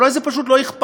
ואולי זה פשוט לא אכפת.